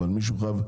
אבל מישהו צריך לרכז,